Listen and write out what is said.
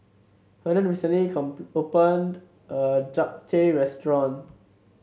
Hernan recently opened a new Japchae Restaurant